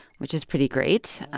which is pretty great.